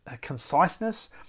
conciseness